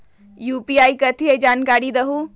UPI कथी है? जानकारी दहु